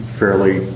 fairly